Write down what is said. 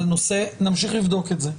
נמשיך לבדוק את זה.